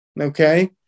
Okay